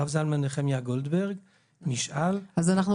הרב זלמן נחמיה גולדברג --- אז אנחנו